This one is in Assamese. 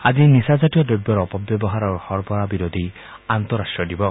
আজি নিচাজাতীয় দ্ৰব্যৰ অপব্যৱহাৰ আৰু সৰবৰাহ বিৰোধী আন্তঃৰাষ্ট্ৰীয় দিৱস